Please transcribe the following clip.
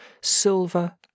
silver